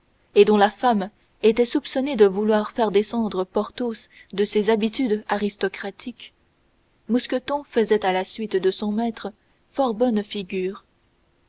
et dont la femme était soupçonnée de vouloir faire descendre porthos de ses habitudes aristocratiques mousqueton faisait à la suite de son maître fort bonne figure